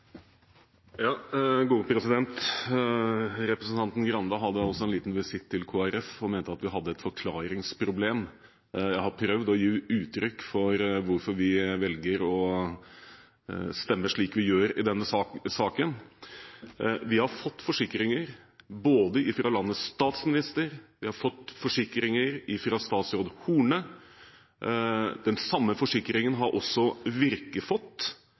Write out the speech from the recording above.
Representanten Grande hadde også en liten visitt til Kristelig Folkeparti. Han mente at vi hadde et «forklaringsproblem». Jeg har prøvd å gi uttrykk for hvorfor vi velger å stemme slik vi gjør i denne saken. Vi har fått forsikringer – både fra landets statsminister og fra statsråd Horne. Den samme forsikringen har også